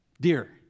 Dear